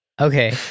okay